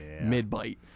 mid-bite